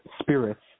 spirits